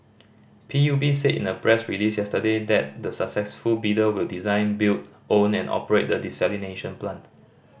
P U B said in a press release yesterday that the successful bidder will design build own and operate the desalination plant